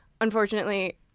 unfortunately